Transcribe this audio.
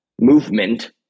movement